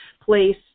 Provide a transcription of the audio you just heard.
place